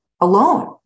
alone